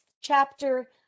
chapter